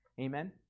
Amen